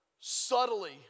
subtly